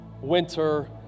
winter